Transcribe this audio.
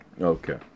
Okay